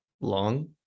long